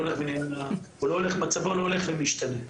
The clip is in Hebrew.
מצבו לא הולך ומשתנה.